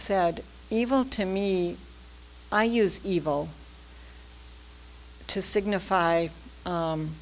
said evil to me i use evil to signify